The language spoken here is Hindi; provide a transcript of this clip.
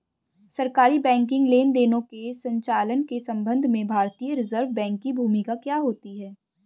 सरकारी बैंकिंग लेनदेनों के संचालन के संबंध में भारतीय रिज़र्व बैंक की भूमिका क्या होती है?